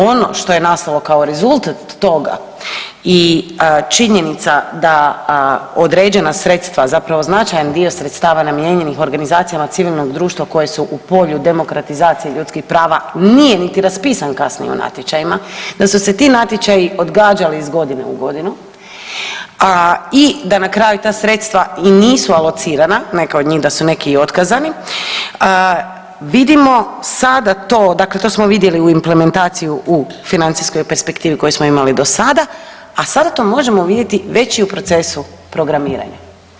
Ono što je nastalo kao rezultat toga i činjenica da određena sredstva, zapravo značajan dio sredstava namijenjenih organizacijama civilnog društva koje su u polju demokratizacije ljudskih prava, nije niti raspisan kasnije o natječajima, da su se ti natječaji odgađali iz godine u godinu i da na kraju ta sredstva i nisu alocirana, neka od njih da su neki i otkazani, vidimo sada to, dakle to smo vidjeli u implementaciju u financijskoj perspektivi koju smo imali do sada, a sada to možemo vidjeti već i u procesu programiranja.